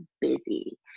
busy